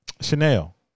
chanel